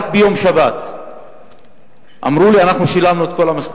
רק בשבת אמרו לי: אנחנו שילמנו את כל המשכורות,